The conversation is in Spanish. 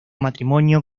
matrimonio